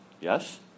Yes